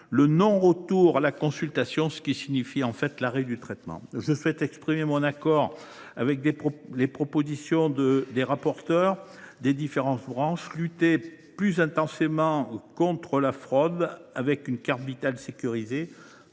le non retour à la consultation, ce qui signifie souvent l’arrêt du traitement. Je souhaite exprimer mon accord avec les propositions des rapporteurs des différentes branches : lutter plus intensément contre la fraude avec une carte Vitale sécurisée,